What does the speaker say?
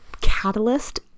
catalyst